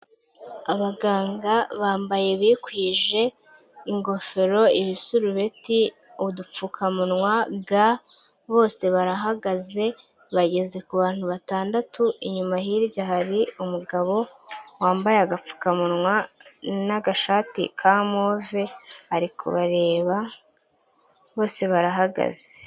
Abaganga bambaye bikwije, ingofero, ibisurubeti, udupfukamunwa, ga, bose barahagaze bageze ku bantu batandatu, inyuma hirya hari umugabo wambaye agapfukamunwa n'agashati ka move ari kubareba bose barahagaze.